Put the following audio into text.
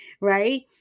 right